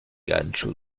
gancho